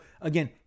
again